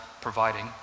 providing